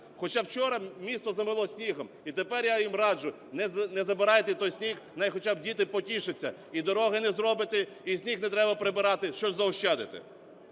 хоча вчора місто замело снігом. І тепер я їм раджу: не забирайте той сніг, хай хоча б діти потішаться. І дороги не зробите, і сніг не треба прибирати, ще заощадите.